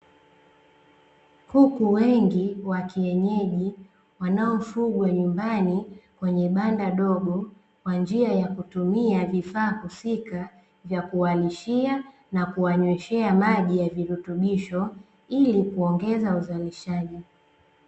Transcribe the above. Kuku wengi wa kienyeji wanaofugwa nyumbani kwenye banda dogo, kwa njia ya kutumia vifaa husika vya kuwalishia, na kuwanyweshea maji ya virutubisho, ili kuongeza uzalishaji.